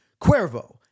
Cuervo